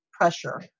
pressure